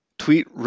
Tweet